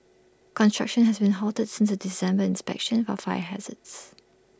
construction has been halted since A December inspection for fire hazards